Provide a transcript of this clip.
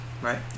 Right